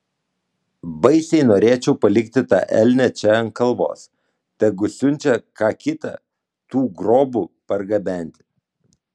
baisiai norėčiau palikti tą elnią čia ant kalvos tegu siunčia ką kitą tų grobų pargabenti